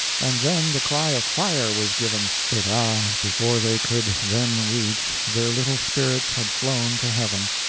and then the cry of fire was given but, ah! before they could them reach, their little spirits had flown to heaven.